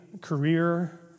career